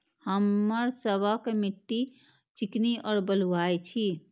हमर सबक मिट्टी चिकनी और बलुयाही छी?